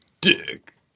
dick